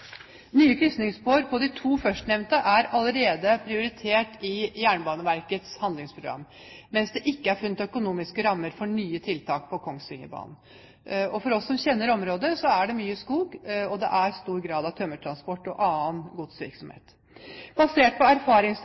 allerede prioritert i Jernbaneverkets handlingsprogram, mens det ikke er funnet økonomiske rammer for nye tiltak på Kongsvingerbanen. For oss som kjenner området, er det mye skog og stor grad av tømmertransport og annen godsvirksomhet. Basert på